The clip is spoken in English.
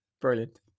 Brilliant